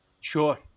Sure